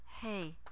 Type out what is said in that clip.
hey